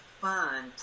fund